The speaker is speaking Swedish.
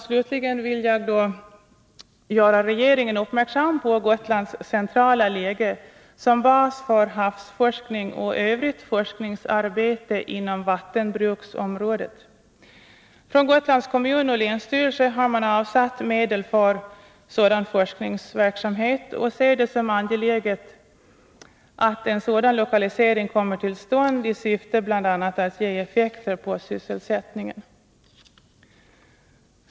Slutligen vill jag då göra regeringen uppmärksam på Gotlands centrala läge som bas för havsforskning och övrigt forskningsarbete inom vattenbruksområdet. Från Gotlands kommun och länsstyrelsen har man avsatt medel för sådan forskningsverksamhet och ser det som angeläget att en sådan lokalisering kommer till stånd i syfte bl.a. att ge effekter på sysselsättningen.